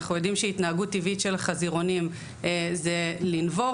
אנחנו יודעים שהתנהגות טבעית של החזירונים זה לנבור,